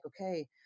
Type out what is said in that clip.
okay